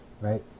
right